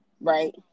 right